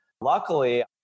luckily